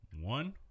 One